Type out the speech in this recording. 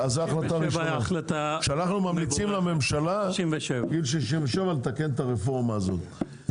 גם 67 יהיה צעד גדול קדימה.